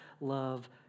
love